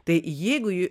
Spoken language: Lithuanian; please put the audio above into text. tai jeigu ji